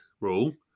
rule